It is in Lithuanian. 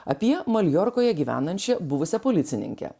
apie maljorkoje gyvenančią buvusią policininkę